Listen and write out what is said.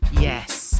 Yes